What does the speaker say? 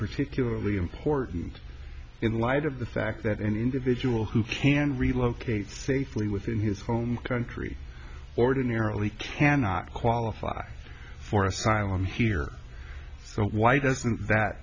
particularly important in light of the fact that an individual who can relocate safely within his home country ordinarily cannot qualify for asylum here so why doesn't that